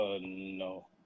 no